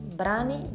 brani